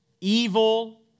evil